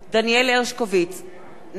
נגד מגלי והבה,